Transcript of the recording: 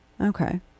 Okay